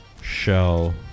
shell